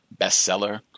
bestseller